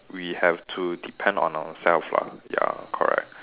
we have to depend on ourselves lah ya correct